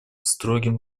строгим